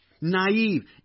naive